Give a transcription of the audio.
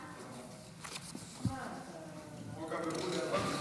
התשפ"ג 2023, נתקבל.